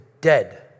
dead